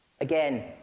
Again